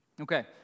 Okay